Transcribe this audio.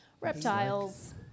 Reptiles